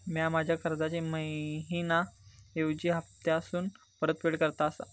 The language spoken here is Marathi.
म्या माझ्या कर्जाची मैहिना ऐवजी हप्तासून परतफेड करत आसा